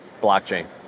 blockchain